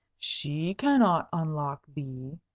she cannot unlock thee,